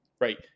right